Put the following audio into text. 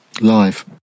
live